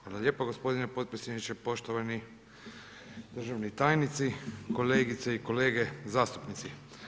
Hvala lijepo gospodine potpredsjedniče, poštovani državni tajnici, kolegice i kolege zastupnici.